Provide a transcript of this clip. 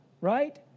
right